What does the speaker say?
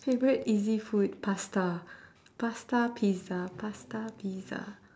favorite easy food pasta pasta pizza pasta pizza